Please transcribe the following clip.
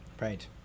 Right